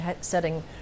setting